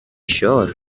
sure